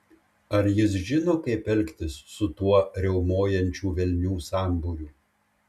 ar jis žino kaip elgtis su tuo riaumojančių velnių sambūriu